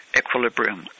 equilibrium